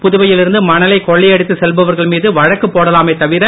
புதுவையில் இருந்து மணலை கொள்ளையடித்து செல்பவர்கள் மீது வழக்கு போடலாமே தவிர